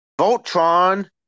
Voltron